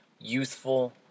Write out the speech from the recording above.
youthful